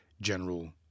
General